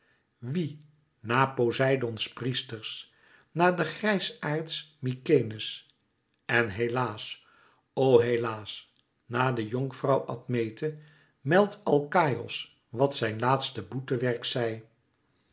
wie na poseidoons priesters na de grijsaards mykenæ's en helaas o helaas na de jonkvrouw admete meldt alkaïos wat zijn laatste boetewerk zij